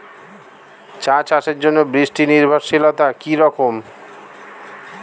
চা চাষের জন্য বৃষ্টি নির্ভরশীলতা কী রকম?